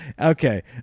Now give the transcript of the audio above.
okay